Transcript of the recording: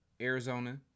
Arizona